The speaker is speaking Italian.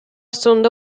sonda